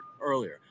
earlier